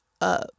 up